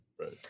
Right